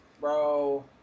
bro